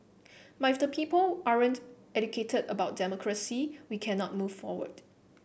but if the people aren't educated about democracy we cannot move forward